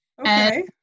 Okay